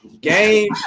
Game